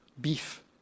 beef